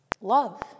Love